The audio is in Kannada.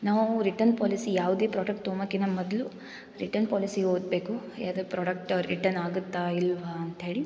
ನಾವು ರಿಟನ್ ಪಾಲಿಸಿ ಯಾವುದೇ ಪ್ರಾಡಕ್ಟ್ ತೊಂಬೋಕಿನ್ನ ಮೊದಲು ರಿಟನ್ ಪಾಲಿಸಿ ಓದ್ಬೇಕು ಯಾವುದೇ ಪ್ರಾಡಕ್ಟ್ ರಿಟನ್ ಆಗುತ್ತಾ ಇಲ್ವಾ ಅಂತೇಳಿ